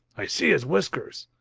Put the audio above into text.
i see his whiskers.